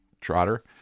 Trotter